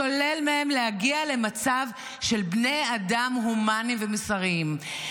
שולל מהם להגיע למצב של בני אדם הומניים ומוסריים.